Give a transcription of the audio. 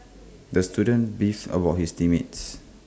the student beefed about his team mates